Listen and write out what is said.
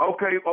Okay